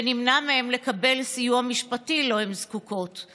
ונמנע מהן לקבל סיוע משפטי שהן זקוקות לו.